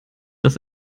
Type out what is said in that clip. dass